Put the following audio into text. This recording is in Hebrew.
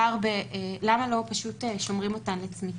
למה לא שומרים אותן לצמיתות.